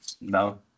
No